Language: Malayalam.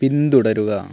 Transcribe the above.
പിന്തുടരുക